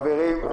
חברים,